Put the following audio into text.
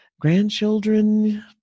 grandchildren